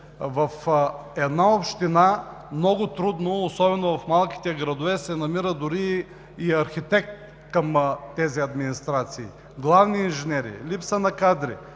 в една община много трудно, особено в малките градовете, се намира дори и архитект към тези администрации, главни инженери, липса на кадри,